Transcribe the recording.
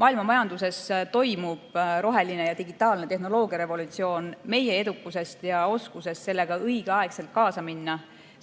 Maailma majanduses toimub roheline ja digitaalne tehnoloogiarevolutsioon. Meie edukusest ja oskusest sellega õigeaegselt kaasa minna